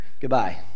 goodbye